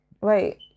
wait